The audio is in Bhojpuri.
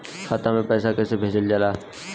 खाता में पैसा कैसे भेजल जाला?